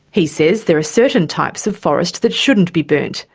he says there are certain types of forest that shouldn't be burnt,